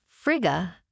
Frigga